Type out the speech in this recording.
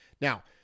Now